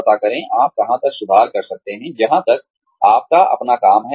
पता करें आप कहां तक सुधार कर सकते हैं जहां तक आपका अपना काम है